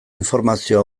informazio